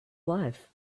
life